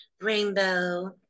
Rainbow